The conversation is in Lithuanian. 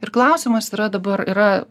ir klausimas yra dabar yra